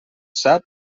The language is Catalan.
sap